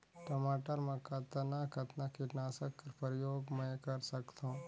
टमाटर म कतना कतना कीटनाशक कर प्रयोग मै कर सकथव?